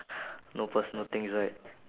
no personal things right